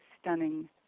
stunning